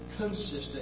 consistent